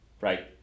right